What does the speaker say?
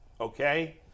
Okay